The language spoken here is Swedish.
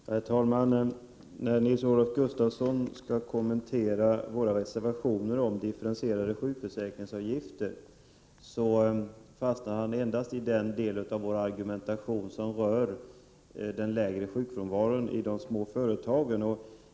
Herr talman! När Nils-Olof Gustafsson skall kommentera våra reservationer om differentierade sjukförsäkringsavgifter, fastnar han endast i den del av vår argumentation som rör den lägre sjukfrånvaron i de små företagen.